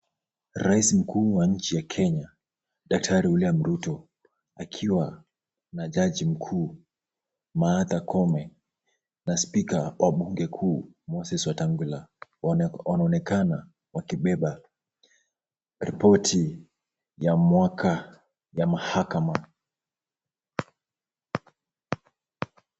Raisi mkuu wa nchi ya Kenya Daktari William Ruto, akiwa na judge mkuu Martha koome na speaker wa bunge mkuu Moses Wetang'ula, wanaonekana wakibeba repoti ya mwaka ya mahakama.